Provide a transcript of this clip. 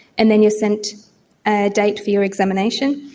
and then you are sent a date for your examination.